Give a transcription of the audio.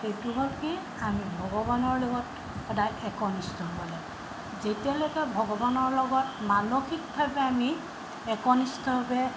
সেইটো হ'ল কি আমি ভগৱানৰ লগত সদায় একনিষ্ঠ হ'ব লাগিব যেতিয়ালৈকে ভগৱানৰ লগত মানসিকভাৱে আমি একনিষ্ঠভাৱে